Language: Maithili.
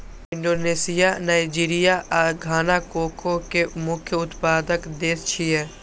इंडोनेशिया, नाइजीरिया आ घाना कोको के मुख्य उत्पादक देश छियै